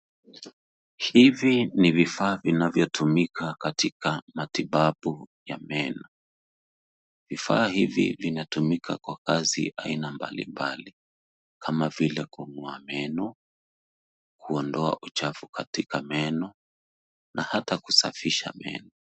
Hivi ni vifaa vinavyotumika katika matibabu ya meno. Vifaa hivi vinatumika kwa kazi aina mbalimbali kama vile kung'oa meno, kuondoa uchafu katika meno, na hata kusafisha meno.